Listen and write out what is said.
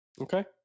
Okay